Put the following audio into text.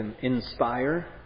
inspire